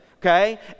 okay